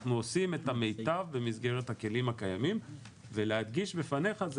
אנחנו עושים את המיטב במסגרת הכלים הקיימים ולהדגיש בפניך זה